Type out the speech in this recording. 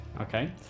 Okay